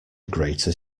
greater